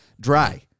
dry